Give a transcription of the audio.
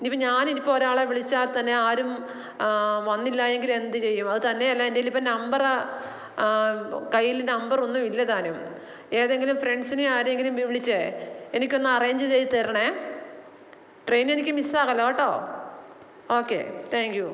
ഇനി ഇപ്പം ഞാന് ഇനി ഇപ്പം ഒരാളെ വിളിച്ചാൽ തന്നെ ആരും വന്നില്ലായെങ്കിൽ എന്ത് ചെയ്യും അത് തന്നേയല്ല എൻ്റ കയിൽ ഇപ്പം നമ്പറു കയ്യില് നമ്പറൊന്നും ഇല്ലതാനും ഏതെങ്കിലും ഫ്രണ്ട്സിനെയോ ആരെയെങ്കിലും ബി വിളിച്ചേ എനിക്കൊന്ന് അറേഞ്ച് ചെയ്ത് തരണേ ട്രെയിന് എനിക്ക് മിസ്സാകല്ലെ കേട്ടോ ഓക്കെ താങ്ക്യൂ